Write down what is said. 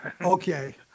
Okay